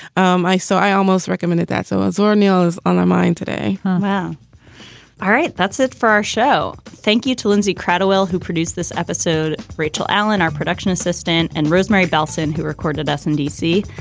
um i saw i almost recommended that. so zora neale is on our mind today um ah all right. that's it for our show. thank you to lindsey kratochvil, who produced this episode. rachel allen, our production assistant, and rosemary bellson, who recorded s and a c.